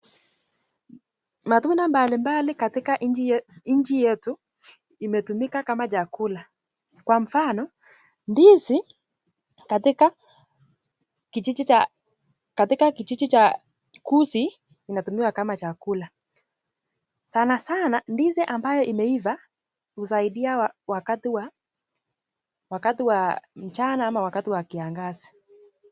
Matunda mbali mbali kwa nchi yetu imetumika kama chakula. Kwa mfano, ndizi katika kijiji cha gusii inatumiwa kama chakula. Sasa sana ndizi ambayo imeiva husaidia wakati wa mchana ama wakati wa kiangazi.